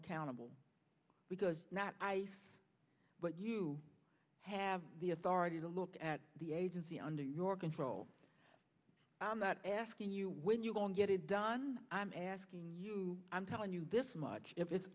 accountable because not i but you have the authority to look at the agency under your control i'm not asking you when you go and get it done i'm asking you i'm telling you this much if it's